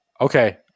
Okay